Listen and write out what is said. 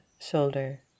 shoulder